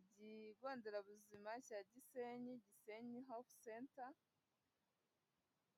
Ikigo nderabuzima cya ya Gisenyi, Gisenyi health center,